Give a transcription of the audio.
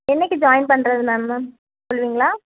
என்னைக்கு ஜாயின் பண்ணுறது ma'am ma'am சொல்வீங்களா